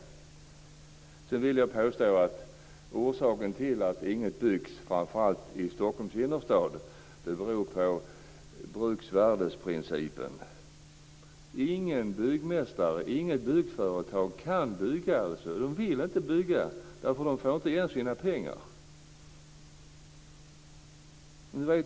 Vidare vill jag, framför allt vad gäller Stockholms innerstad, påstå att orsaken till att det inte byggs något är bruksvärdesprincipen. Ingen byggmästare och inget byggföretag vill bygga där, eftersom de då inte får igen sina pengar.